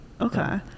Okay